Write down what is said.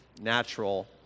natural